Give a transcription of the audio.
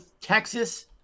Texas